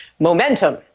momentum!